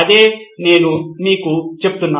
అదే నేను మీకు చెప్తున్నాను